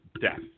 death